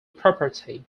property